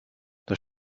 das